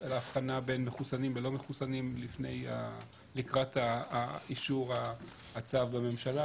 על ההבחנה בין מחוסנים ללא מחוסנים לקראת אישור הצו בממשלה,